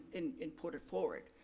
and and put it forward.